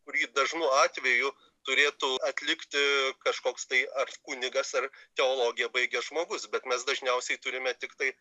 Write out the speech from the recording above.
kurį dažnu atveju turėtų atlikti kažkoks tai ar kunigas ar teologiją baigęs žmogus bet mes dažniausiai turime tiktai